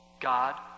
God